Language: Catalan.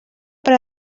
per